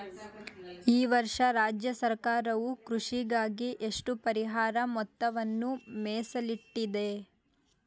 ಈ ವರ್ಷ ರಾಜ್ಯ ಸರ್ಕಾರವು ಕೃಷಿಗಾಗಿ ಎಷ್ಟು ಪರಿಹಾರ ಮೊತ್ತವನ್ನು ಮೇಸಲಿಟ್ಟಿದೆ?